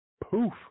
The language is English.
poof